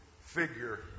figure